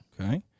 Okay